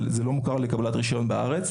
אבל זה לא מוכר לצורך קבלת רישיון בארץ.